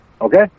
okay